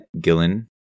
Gillen